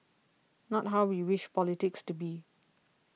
not how we wish politics to be